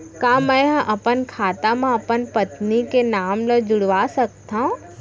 का मैं ह अपन खाता म अपन पत्नी के नाम ला जुड़वा सकथव?